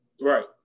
Right